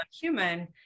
human